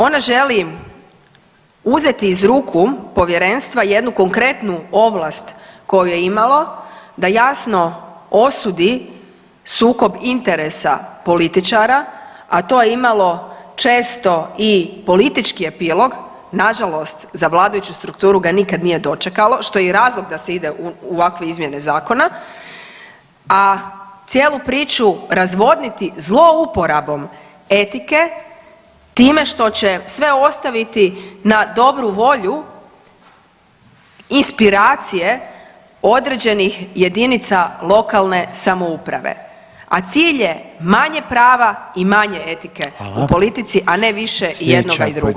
Ona želi uzeti iz ruku povjerenstva jednu konkretnu ovlast koju je imalo da jasno osudi sukob interesa političara, a to je imalo često i politički epilog, nažalost za vladajuću strukturu ga nikad nije dočekalo što je i razlog da se ide u ovakve izmjene zakona, a cijelu priču razvodniti zlouporabom etike time što će sve ostaviti na dobru volju inspiracije određenih jedinica lokalne samouprave, a cilj je manje prava i manje etike u [[Upadica Reiner: Hvala.]] politici, a ne više jednoga i drugoga.